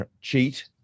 cheat